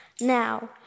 Now